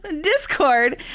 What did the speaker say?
Discord